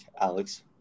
Alex